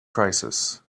crisis